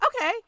Okay